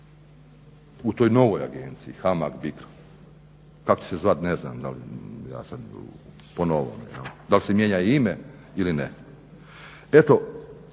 u toj novoj agenciji HAMAG-BICRO. Kako će se zvati, ne znam po novome. Da li se mijenja ime ili ne? Eto